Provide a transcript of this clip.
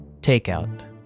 Takeout